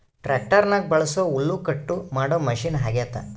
ಟ್ಯಾಕ್ಟರ್ನಗ ಬಳಸೊ ಹುಲ್ಲುಕಟ್ಟು ಮಾಡೊ ಮಷಿನ ಅಗ್ಯತೆ